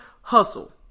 hustle